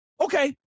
Okay